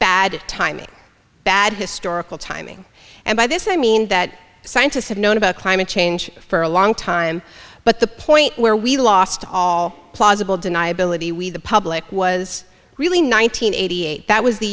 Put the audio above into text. bad timing bad historical timing and by this i mean that scientists have known about climate change for a long time but the point where we lost all plausible deniability we the public was really nine hundred eighty eight that was the